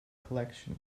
collection